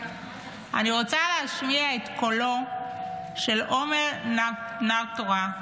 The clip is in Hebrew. אני רוצה להשמיע את קולו של עומר נאוטרה,